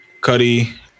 Cuddy